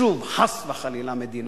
שוב, חס וחלילה מדינה.